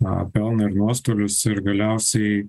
na pelną ir nuostolius ir galiausiai